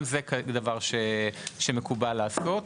גם זה דבר שמקובל לעשות.